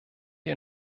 die